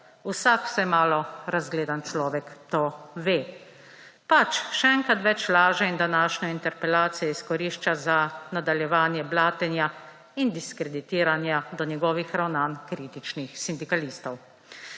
Vsak vsaj malo razgledan človek to ve. Pač, še enkrat več laže in današnjo interpelacijo izkorišča za nadaljevanje blatenja in diskreditiranja do njegovih ravnanj kritičnih sindikalistov.